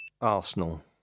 Arsenal